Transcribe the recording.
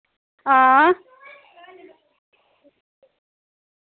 आं